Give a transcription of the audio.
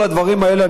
מעבר לדברים האלה,